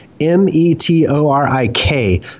M-E-T-O-R-I-K